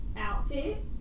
outfit